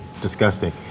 disgusting